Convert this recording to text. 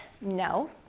No